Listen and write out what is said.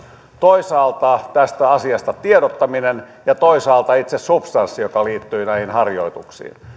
toisaalta tästä asiasta tiedottaminen ja toisaalta itse substanssi joka liittyy näihin harjoituksiin